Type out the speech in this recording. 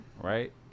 right